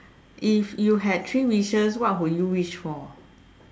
if you had three wishes what would you wish for